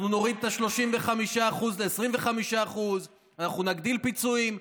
אנחנו נוריד את ה-35% ל-25%; אנחנו נגדיל פיצויים.